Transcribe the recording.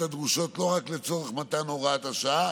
הדרושות לא רק לצורך מתן הוראת השעה